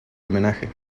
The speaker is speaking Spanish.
homenaje